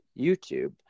YouTube